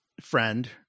friend